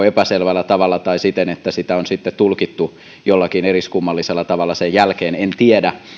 epäselvällä tavalla tai jota on tulkittu jollakin eriskummallisella tavalla sen jälkeen en tiedä